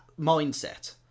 mindset